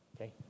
okay